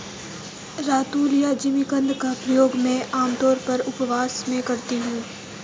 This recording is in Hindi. रतालू या जिमीकंद का प्रयोग मैं आमतौर पर उपवास में करती हूँ